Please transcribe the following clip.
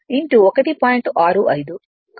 65